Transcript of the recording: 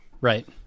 Right